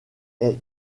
est